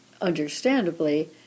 understandably